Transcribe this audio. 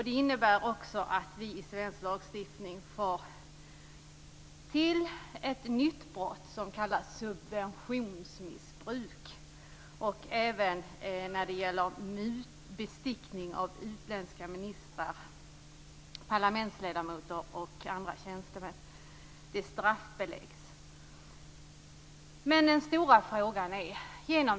Det innebär också att vi i svensk lagstiftning får ett nytt brott som kallas subventionsmissbruk och även ett som kallas bestickning av utländska ministrar, parlamentsledamöter och tjänstemän. Det straffbeläggs.